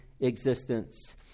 existence